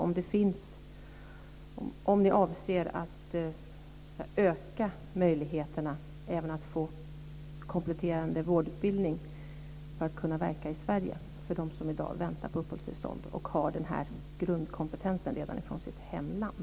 Avser ni att öka möjligheterna att få kompletterande vårdutbildning för att kunna verka i Sverige för dem som i dag väntar på uppehållstillstånd och har grundkompetensen redan från sitt hemland?